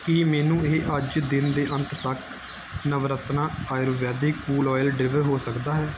ਕੀ ਮੈਨੂੰ ਇਹ ਅੱਜ ਦਿਨ ਦੇ ਅੰਤ ਤੱਕ Navratna Ayurvedic cool oil deliver ਹੋ ਸਕਦਾ ਹੈ